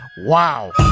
Wow